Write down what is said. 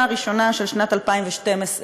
החיים.